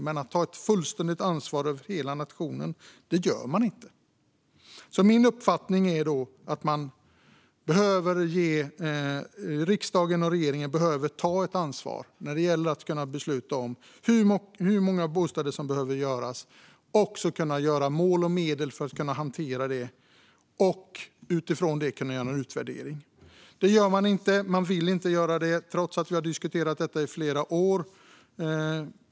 Men man tar inte ett fullständigt ansvar för hela nationen. Min uppfattning är att riksdagen och regeringen behöver ta ett ansvar när det gäller att besluta om hur många bostäder som behöver byggas. Det handlar också om mål och medel för att man ska kunna hantera det och om att utifrån detta kunna göra en utvärdering. Det gör man inte. Man vill inte göra det, trots att vi har diskuterat detta i flera år.